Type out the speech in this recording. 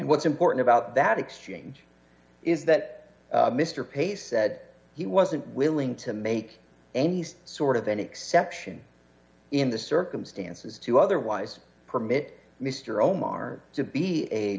what's important about that exchange is that mr pace said he wasn't willing to make any sort of an exception in the circumstances to otherwise permit mr omar to be a